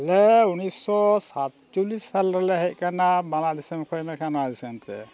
ᱟᱞᱮ ᱩᱱᱤᱥᱥᱚ ᱥᱟᱛᱪᱚᱞᱞᱤᱥ ᱥᱟᱞ ᱨᱮᱞᱮ ᱦᱮᱡ ᱟᱠᱟᱱᱟ ᱵᱟᱝᱞᱟ ᱫᱤᱥᱚᱢ ᱠᱷᱚᱱ ᱱᱚᱣᱟ ᱫᱤᱥᱚᱢ ᱛᱮ